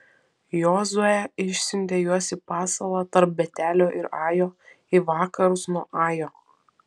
jozuė išsiuntė juos į pasalą tarp betelio ir ajo į vakarus nuo ajo